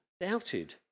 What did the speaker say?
doubted